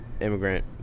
immigrant